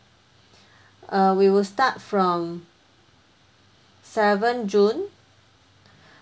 err we will start from seven june